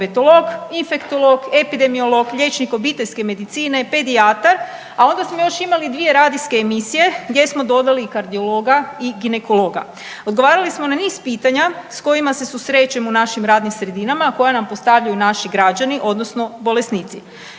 dijabetolog, inflektolog, epidemiolog, liječnik obiteljske medicine, pedijatar, a onda smo još imali 2 radijske emisije gdje smo dodali i kardiologa i ginekologa. Odgovarali smo na niz pitanja s kojima se susrećemo u našim radnim sredinama, a koja nam postavljaju naši građani, odnosno bolesnici.